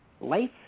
Life